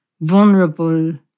vulnerable